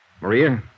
Maria